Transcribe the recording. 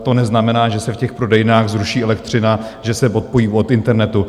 To neznamená, že se v těch prodejnách zruší elektřina, že se odpojí od internetu.